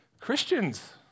Christians